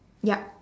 ya